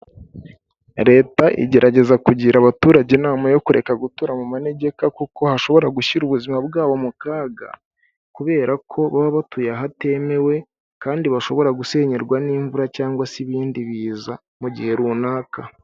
Leta igerageza kugira abaturage inama yo kureka gutura mu manegeka kuko hashobora gushyira ubuzima bwabo mu kaga, kubera ko baba batuye ahatemewe kandi bashobora gusenyerwa n'imvura cyangwa se ibindi biza mu gihe runaka.